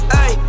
Hey